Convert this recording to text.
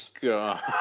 God